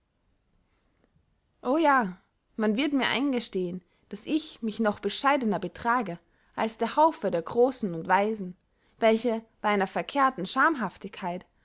o ja man wird mir eingestehen daß ich mich noch bescheidener betrage als der haufe der großen und weisen welche bey einer verkehrten schamhaftigkeit